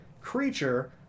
creature